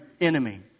enemy